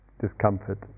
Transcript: Discomfort